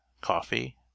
coffee